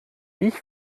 ich